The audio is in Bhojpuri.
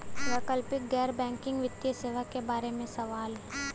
वैकल्पिक गैर बैकिंग वित्तीय सेवा के बार में सवाल?